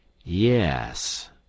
Yes